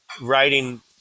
writing